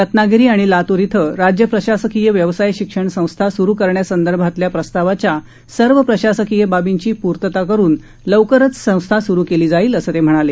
रत्नागिरी आणि लातूर इथं राज्य प्रशासकीय व्यवसाय शिक्षण संस्था सुरू करण्यासंदर्भातल्या प्रस्तावाच्या सर्व प्रशासकीय बाबींची पूर्तता करून लवकरच संस्था सुरू केली जाईल असं ते म्हणाले